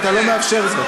תאפשר לי?